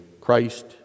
Christ